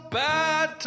bad